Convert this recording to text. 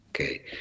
Okay